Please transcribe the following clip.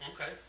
Okay